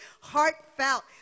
heartfelt